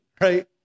right